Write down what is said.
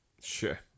Sure